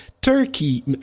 Turkey